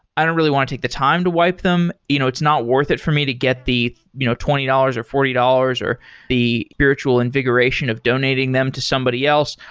i don't really want to take the time to wipe them. you know it's not worth it for me to get the you know twenty dollars, or forty dollars, or the spiritual invigoration of donating them to somebody else.